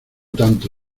tanto